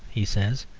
he says,